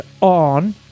on